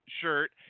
shirt